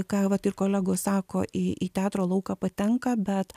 ką vat ir kolegos sako į į teatro lauką patenka bet